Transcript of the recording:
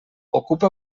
ocupa